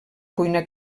cuina